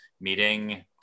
meeting